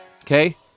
okay